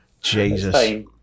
Jesus